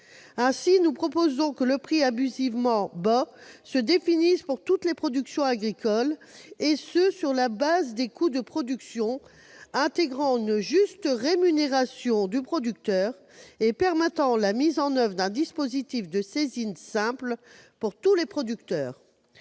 Ainsi, nous proposons que le prix abusivement bas se définisse pour toutes les productions agricoles, et ce sur la base de coûts de production intégrant une juste rémunération du producteur et permettant la mise en oeuvre d'un dispositif de saisine simple pour tous les producteurs.